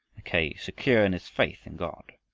mackay secure in his faith in god.